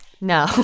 No